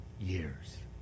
years